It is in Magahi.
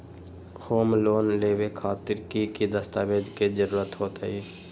होम लोन लेबे खातिर की की दस्तावेज के जरूरत होतई?